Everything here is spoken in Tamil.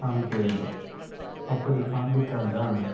காமிக்க வேண்டும் அப்படி காண்பித்தால் தான்